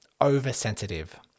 oversensitive